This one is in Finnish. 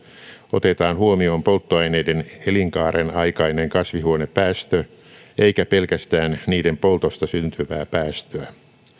otetaan huomioon polttoaineiden elinkaaren aikainen kasvihuonepäästö eikä pelkästään niiden poltosta syntyvää päästöä